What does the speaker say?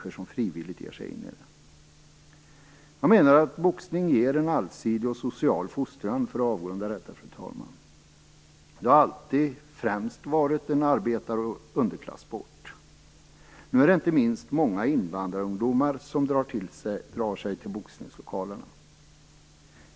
För att avrunda detta, fru talman, vill jag säga att boxning ger en allsidig och social fostran. Det har alltid främst varit en arbetar och underklassport. Numera är det inte minst invandrarungdomar som drar sig till boxningslokalerna.